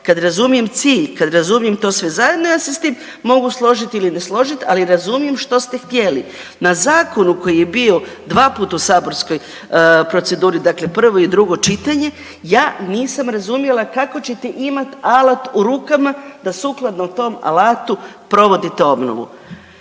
kad razumijem cilj, kad razumijem to sve zajedno ja se s tim mogu složiti ili ne složit, ali razumijem što ste htjeli. Na zakonu koji je bio dvaput u saborskoj proceduri, dakle prvo i drugo čitanje, ja nisam razumjela kako ćete imat alat u rukama da sukladno tom alatu provodite obnovu.